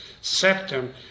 septum